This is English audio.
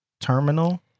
terminal